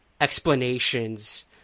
explanations